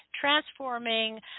Transforming